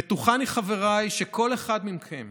בטוחני, חבריי, שכל אחד מכם